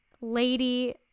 lady